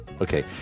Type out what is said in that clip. Okay